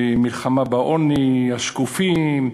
מלחמה בעוני, השקופים,